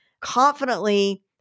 confidently